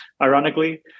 ironically